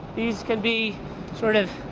these can be sort of,